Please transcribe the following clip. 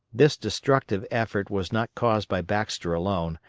this destructive effect was not caused by baxter alone,